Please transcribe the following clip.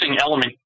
element